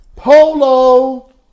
Polo